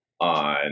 on